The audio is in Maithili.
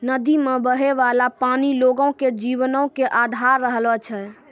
नदी मे बहै बाला पानी लोगो के जीवनो के अधार रहलो छै